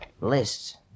Lists